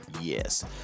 Yes